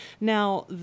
Now